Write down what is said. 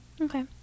Okay